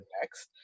next